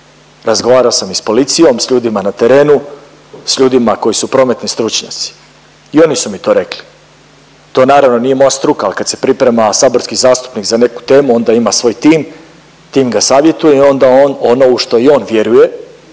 Razgovarao sam i s policijom, s ljudima na terenu, s ljudima koji su prometni stručnjaci i oni su mi to rekli. To naravno nije moja struka, al kad se priprema saborski zastupnik za neku temu onda ima svoj tim, tim ga savjetuje i onda on ono u što i on vjeruje